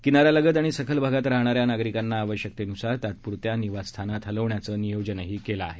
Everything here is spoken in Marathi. किनाऱ्यालगत आणि सखल भागात राहणाऱ्या नागरिकांना आवश्यकतेनुसार तात्पुरत्या निवासस्थानात हलवण्याचं नियोजनही केलं आहे